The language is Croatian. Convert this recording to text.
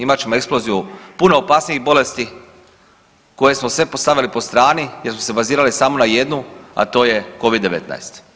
Imat ćemo eksploziju puno opasnijih bolesti koje smo sve postavili po strani jer smo se bazirali samo na jednu, a to je covid-19.